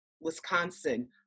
Wisconsin